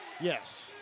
Yes